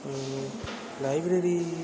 library